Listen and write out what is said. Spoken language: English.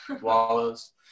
Wallows